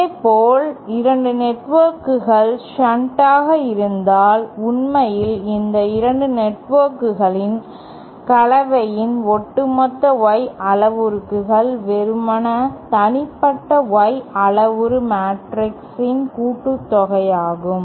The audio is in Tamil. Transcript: இதேபோல் 2 நெட்வொர்க்குகள் ஷண்டாக இருந்தால் உண்மையில் இந்த 2 நெட்வொர்க்குகள் கலவையின் ஒட்டுமொத்த Y அளவுருக்கள் வெறுமனே தனிப்பட்ட Y அளவுரு மேட்ரிக்ஸ் இன் கூட்டுத்தொகையாகும்